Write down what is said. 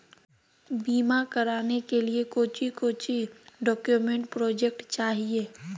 बीमा कराने के लिए कोच्चि कोच्चि डॉक्यूमेंट प्रोजेक्ट चाहिए?